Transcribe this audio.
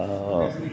आ